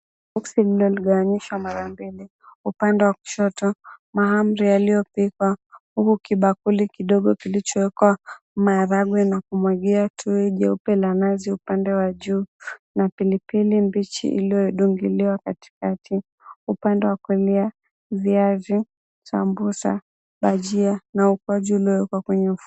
Boxi lililogawanishwa mara mbili upande wa kushoto, mahamri yaliyopikwa, huku kibakuli kidogo kilichowekwa maharagwe na kumwagia tui jeupe la maji upande wa juu na pilipili mbichi iliyodungiliwa katikati, upande wa kulia viazi, sambusa, bajia na ukwaju uliowekwa kwenye minofu.